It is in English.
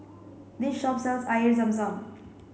this shop sells Air Zam Zam